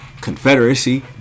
Confederacy